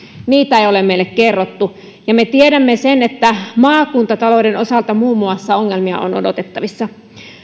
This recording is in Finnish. niitä ei ole meille kerrottu me tiedämme sen että maakuntatalouden osalta ongelmia on odotettavissa